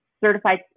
certified